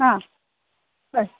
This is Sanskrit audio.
आ तत्